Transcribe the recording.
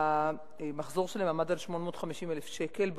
המחזור שלהם עמד על 850,000 שקלים,